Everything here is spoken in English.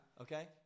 Okay